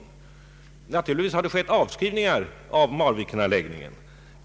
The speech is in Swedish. Naturligtvis har det skett avskrivningar av Marvikenanläggningen.